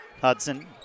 Hudson